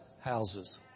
houses